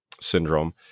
syndrome